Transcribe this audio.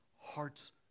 hearts